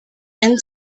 and